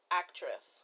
actress